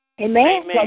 Amen